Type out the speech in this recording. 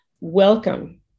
Welcome